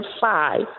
five